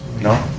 no.